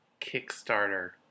Kickstarter